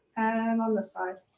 and on this side.